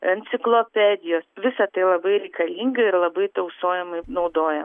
enciklopedijos visa tai labai reikalinga ir labai tausojamai naudoja